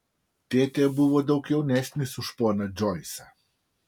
tėtė buvo daug jaunesnis už poną džoisą